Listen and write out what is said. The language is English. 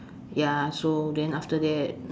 ya so then after that